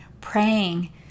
praying